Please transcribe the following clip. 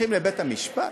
הולכים לבית-המשפט?